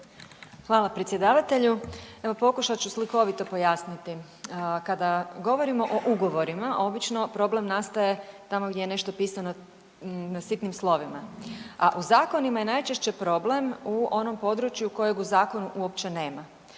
Hvala predsjedavatelju. Evo pokušat ću slikovito pojasniti. Kada govorimo o ugovorima obično problem nastaje tamo gdje je nešto pisano na sitnim slovima, a u zakonima je najčešće problem u onom području kojeg u zakonu uopće nema.